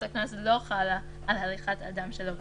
הקנס לא חלה על הליכת אדם שלא בשבילים.